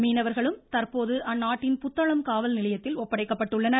மீனவர்களும் தற்போது அந்நாட்டின் புத்தளம் காவல்நிலையத்தில் ஒப்படைக்கப்பட்டுள்ளனர்